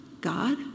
God